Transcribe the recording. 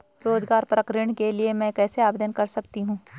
रोज़गार परक ऋण के लिए मैं कैसे आवेदन कर सकतीं हूँ?